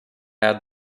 out